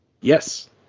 Yes